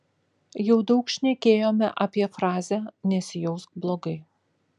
jau daug šnekėjome apie frazę nesijausk blogai